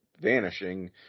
vanishing